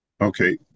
Okay